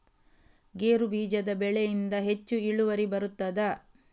ಗೇರು ಬೀಜದ ಬೆಳೆಯಿಂದ ಹೆಚ್ಚು ಇಳುವರಿ ಬರುತ್ತದಾ?